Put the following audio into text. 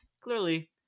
clearly